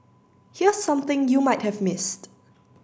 here's something you might have missed